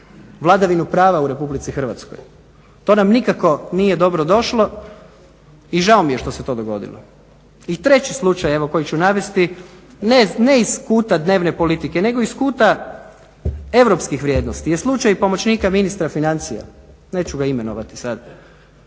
vladavinu prava u RH. To nam nikako nije dobro došlo i žao mi je što se to dogodilo. I treći slučaj evo koji ću navesti ne iz kuta dnevne politike, nego iz kuta europskih vrijednosti je slučaj pomoćnika ministra financija. Neću ga imenovati sad.